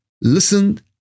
listened